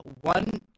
One